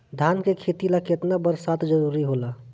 धान के खेती ला केतना बरसात जरूरी होला?